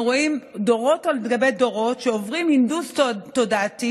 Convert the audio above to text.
אנחנו רואים דורות על גבי דורות שעוברים הנדוס תודעתי